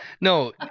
No